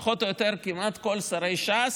פחות או יותר כמעט כל שרי ש"ס